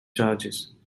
charges